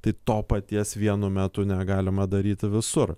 tai to paties vienu metu negalima daryti visur